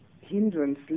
hindrance